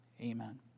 Amen